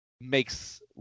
Makes